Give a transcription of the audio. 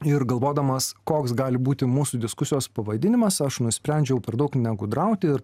ir galvodamas koks gali būti mūsų diskusijos pavadinimas aš nusprendžiau per daug negudrauti ir